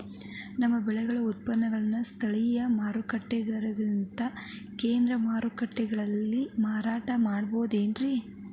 ನಮ್ಮ ಬೆಳೆಗಳ ಉತ್ಪನ್ನಗಳನ್ನ ಸ್ಥಳೇಯ ಮಾರಾಟಗಾರರಿಗಿಂತ ಕೇಂದ್ರ ಮಾರುಕಟ್ಟೆಯಲ್ಲಿ ಮಾರಾಟ ಮಾಡಬಹುದೇನ್ರಿ?